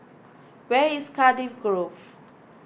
where is Cardiff Grove